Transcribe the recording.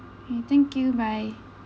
okay thank you bye